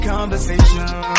Conversation